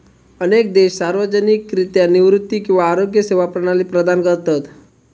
अनेक देश सार्वजनिकरित्या निवृत्ती किंवा आरोग्य सेवा प्रणाली प्रदान करतत